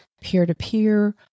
peer-to-peer